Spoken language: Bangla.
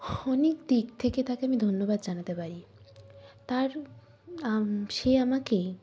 অনেক দিক থেকে তাকে আমি ধন্যবাদ জানাতে পারি তার সে আমাকে